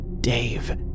Dave